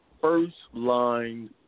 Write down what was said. first-line